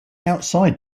outside